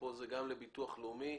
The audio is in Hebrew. ופה זה גם לביטוח לאומי,